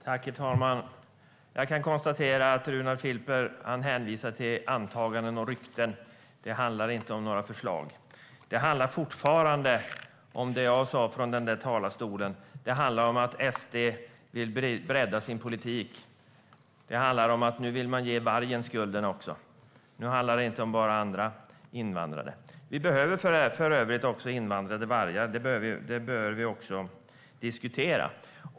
Herr talman! Jag kan konstatera att Runar Filper hänvisar till antaganden och rykten. Det handlar inte om några förslag. Det handlar fortfarande om vad jag sa i talarstolen, nämligen att Sverigedemokraterna vill bredda sin politik. Nu vill man ge vargen skulden också. Nu handlar det inte bara om andra invandrare. Vi behöver för övrigt också invandrade vargar. Detta bör vi också diskutera.